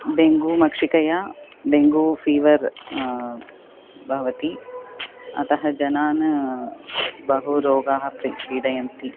dengue मक्षिकया dengue fever भवति अतः जनान् बहु रोगाः प्रि पीडयन्ति